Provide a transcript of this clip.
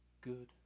Good